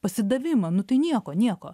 pasidavimą nu tai nieko nieko